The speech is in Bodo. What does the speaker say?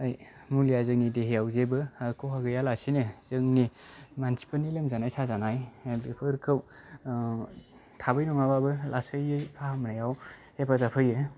मुलिया जोंनि देहायाव जेबो खहा गैयालासिनो जोंनि मानसिफोरनि लोमजानाय साजानाय बेफोरखौ थाबै नङाबाबो लासैयै फाहामनायाव हेफाजाब होयो